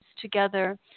together